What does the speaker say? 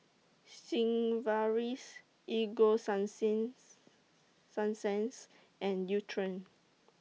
Sigvaris Ego Sunsense Sunsense and Nutren